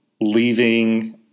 leaving